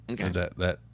Okay